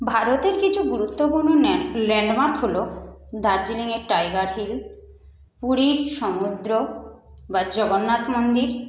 ভারতের কিছু গুরুত্বপূর্ণ ল্যান্ডমার্ক হলো দার্জিলিংয়ের টাইগার হিল পুরীর সমুদ্র বা জগন্নাথ মন্দির